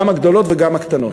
גם הגדולות וגם הקטנות.